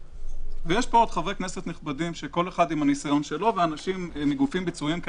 יש פה חברי כנסת נכבדים שכל אחד עם הניסיון שלו ואנשים מגופים שונים.